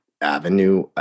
avenue